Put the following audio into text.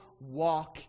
walk